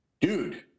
Dude